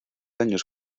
años